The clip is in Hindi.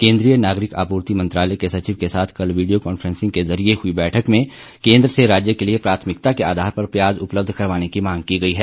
केंद्रीय नागरिक आपूर्ति मंत्रालय के सचिव के साथ कल वीडियो कांफ्रेंसिंग के जरिए हुई बैठक में केंद्र से राज्य के लिए प्राथमिकता के आधार पर प्याज उपलब्ध करवाने की मांग की गई है